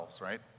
right